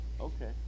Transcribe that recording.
Okay